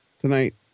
tonight